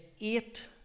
eight